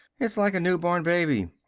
it's like a newborn baby.